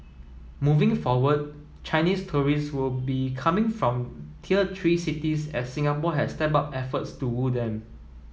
moving forward Chinese tourist will be coming from tier three cities as Singapore has stepped up efforts to woo them